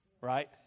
right